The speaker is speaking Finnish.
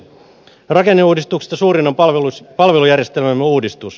rakenneuudistuksista suurin on palvelujärjestelmämme uudistus